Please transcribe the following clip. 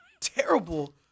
terrible